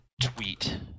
tweet